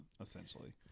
Essentially